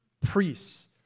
Priests